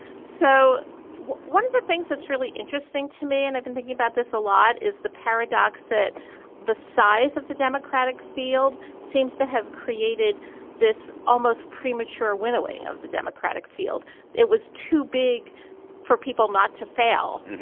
so one of the things that's really interesting to me and i've been thinking about this a lot is the paradox that the size of the democratic field seems to have created this almost premature winnowing of the democratic field it was too big for people not to fail.